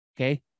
Okay